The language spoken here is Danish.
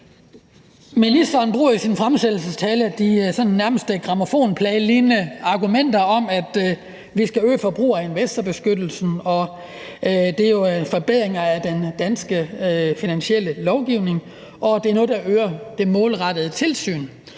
Ministeren bruger jo i sin fremsættelsestale de sådan nærmest grammofonpladelignende argumenter om, at vi skal øge forbruger- og investorbeskyttelsen, og at det er en forbedring af den danske finansielle lovgivning, og at det er noget, der øger det målrettede tilsyn,